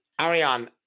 Ariane